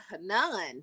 None